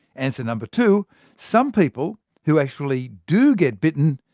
and so number two some people who actually do get bitten,